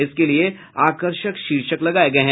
इसके लिए आकर्षक शीर्षक लगाये गये है